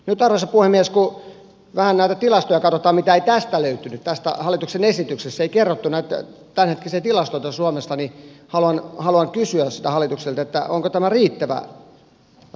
nyt arvoisa puhemies kun vähän näitä tilastoja katsotaan mitä ei tästä löytynyt tässä hallituksen esityksessä ei kerrottu näitä tämänhetkisiä tilastoita suomesta niin haluan kysyä sitä hallitukselta onko tämä riittävä resurssi kunnille